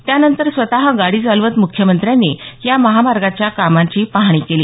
त्यानंतर स्वतः गाडी चालवत मुख्यमंत्र्यांनी या महामार्गाच्या कामाची पाहणी केली